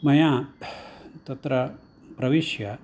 मया तत्र प्रविश्य